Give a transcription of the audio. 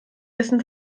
dessen